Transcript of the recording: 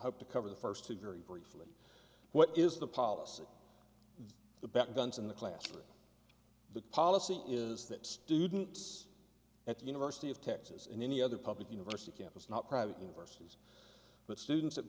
hope to cover the first two very briefly what is the policy the better guns in the classroom the policy is that students at the university of texas in any other public university campus not private university but students at